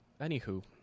Anywho